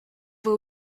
will